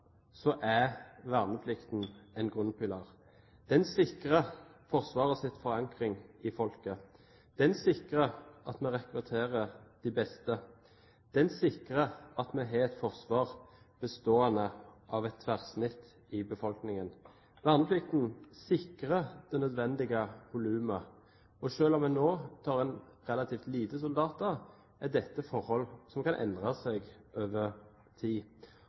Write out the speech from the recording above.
er verneplikten en grunnpilar. Den sikrer Forsvarets forankring i folket. Den sikrer at man rekrutterer de beste. Den sikrer at vi har et forsvar bestående av et tverrsnitt i befolkningen. Verneplikten sikrer det nødvendige volumet. Selv om vi nå tar inn relativt få soldater, er dette forhold som kan endre seg over tid.